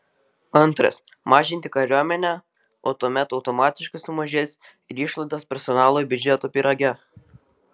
antras mažinti kariuomenę o tuomet automatiškai sumažės ir išlaidos personalui biudžeto pyrage